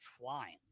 flying